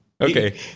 Okay